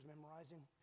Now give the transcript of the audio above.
memorizing